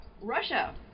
Russia